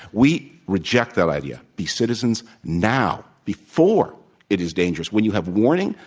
we reject that idea. be citizens now before it is dangerous, when you have warning,